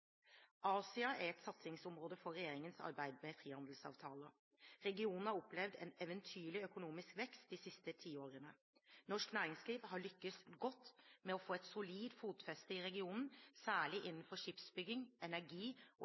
Regionen har opplevd en eventyrlig økonomisk vekst de siste tiårene. Norsk næringsliv har lyktes godt med å få et solid fotfeste i regionen, særlig innenfor skipsbygging, energi og